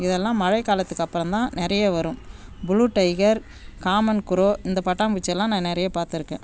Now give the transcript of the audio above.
இதெல்லாம் மழைக்காலத்துக்கு அப்புறம் தான் நிறைய வரும் புளூ டைகர் காமன் க்ரோ இந்தப் பட்டாம்பூச்சிலாம் நான் நிறைய பார்த்துருக்கேன்